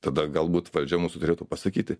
tada galbūt valdžia mūsų turėtų pasakyti